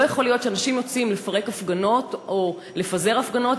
לא יכול להיות שאנשים יוצאים לפרק הפגנות או לפזר הפגנות,